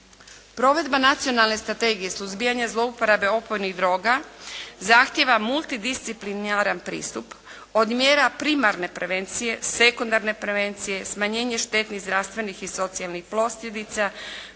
Provedba Nacionalne strategije suzbijanja zlouporabe opojnih droga zahtijeva multidisciplinaran pristup od mjera primarne prevencije, sekundarne prevencije, smanjenje štetnih zdravstvenih i socijalnih posljedica